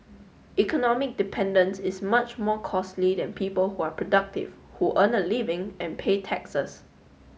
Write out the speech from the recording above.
economic dependence is much more costly than people who are productive who earn a living and pay taxes